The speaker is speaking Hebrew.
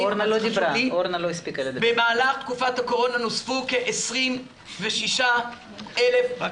לציין, במהלך תקופת הקורונה נוספו כ-26,000 זכאים.